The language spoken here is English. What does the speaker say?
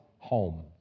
home